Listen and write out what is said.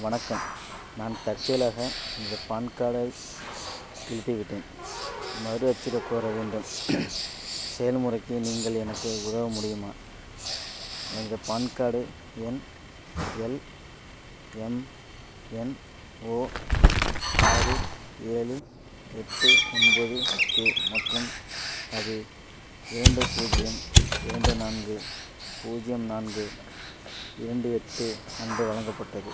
வணக்கம் நான் தற்செயலாக எனது பான் கார்டைக் கிழித்துவிட்டேன் மறு அச்சிடக் கோர வேண்டும் செயல்முறைக்கு நீங்கள் எனக்கு உதவ முடியுமா எனது பான் கார்டு எண் எல்எம்என்ஓ ஆறு ஏழு எட்டு ஒன்பது கே மற்றும் அது இரண்டு பூஜ்ஜியம் இரண்டு நான்கு பூஜ்ஜியம் நான்கு இரண்டு எட்டு அன்று வழங்கப்பட்டது